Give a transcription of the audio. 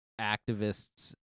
activists